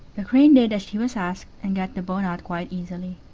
the crane did as she was asked, and got the bone out quite easily.